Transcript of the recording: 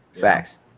Facts